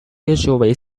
usually